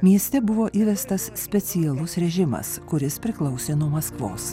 mieste buvo įvestas specialus režimas kuris priklausė nuo maskvos